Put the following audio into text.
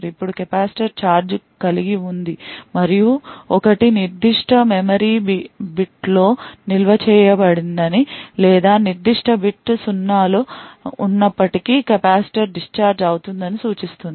ఇప్పుడు capacitor charge కలిగి ఉంది మరియు 1 నిర్దిష్ట మెమరీ బిట్లో నిల్వ చేయబడిందని లేదా నిర్దిష్ట బిట్లో 0 ఉన్నప్పుడు కెపాసిటర్ డిశ్చార్జ్ అవుతుందని సూచిస్తుంది